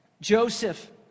Joseph